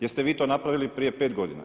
Jeste vi to napravili prije 5 godina?